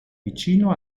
vicino